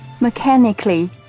Mechanically